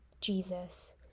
Jesus